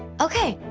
okay,